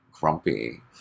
grumpy